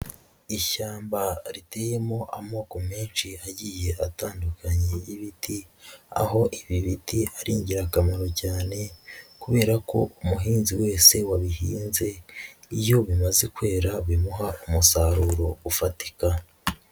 Ishyamba riteyemo amoko menshi agiye atandukanye y'ibiti, aho ibi biti ari ingirakamaro cyane kubera ko umuhinzi wese wabihinze iyo bimaze kwera bimuha umusaruro ufatika.